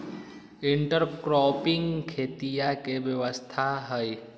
intercropping खेतीया के व्यवस्था हई